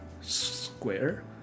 square